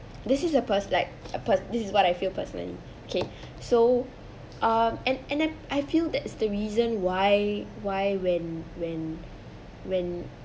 this is the pers~ like pers~ this is what I feel personally K so um and and I I feel that's the reason why why when when when